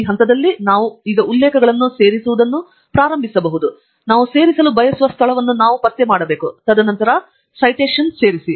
ಈ ಹಂತದಲ್ಲಿ ನಾವು ಈಗ ಉಲ್ಲೇಖಗಳನ್ನು ಸೇರಿಸುವುದನ್ನು ಪ್ರಾರಂಭಿಸಬಹುದು ನಾವು ಸೇರಿಸಲು ಬಯಸುವ ಸ್ಥಳವನ್ನು ನಾವು ಪತ್ತೆ ಮಾಡಬಹುದು ತದನಂತರ ಸೈಟೇಶನ್ ಸೇರಿಸಿ